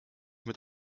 mit